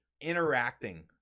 interacting